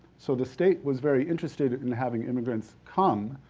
so, the state was very interested in having immigrants come.